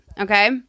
Okay